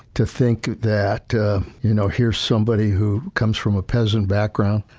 to think that you know here's somebody who comes from a peasant background,